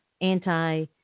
anti